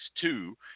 two